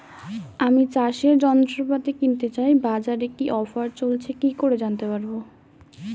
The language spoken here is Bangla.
আমি চাষের যন্ত্রপাতি কিনতে চাই বাজারে কি কি অফার চলছে কি করে জানতে পারবো?